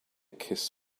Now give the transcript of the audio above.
kiss